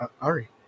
Ari